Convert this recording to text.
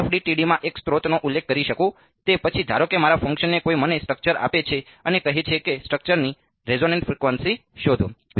હું FDTD માં એક સ્ત્રોતનો ઉલ્લેખ કરી શકું છું તે પછી ધારો કે મારા ફંક્શનને કોઈ મને સ્ટ્રક્ચર આપે છે અને કહે છે કે સ્ટ્રક્ચરની રેઝોનેટ ફ્રીક્વન્સી શોધો